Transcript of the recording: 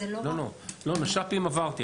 נש"פים עברתי.